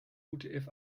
utf